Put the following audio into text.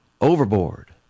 Overboard